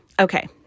Okay